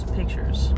pictures